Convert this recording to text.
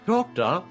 Doctor